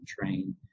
train